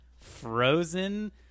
frozen